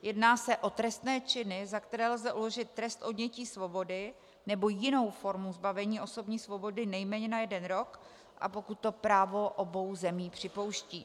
Jedná se o trestné činy, za které lze uložit trest odnětí svobody nebo jinou formu zbavení osobní svobody nejméně na jeden rok, a pokud to právo obou zemí připouští.